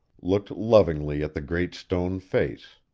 looked lovingly at the great stone face.